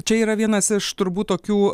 čia yra vienas iš turbūt tokių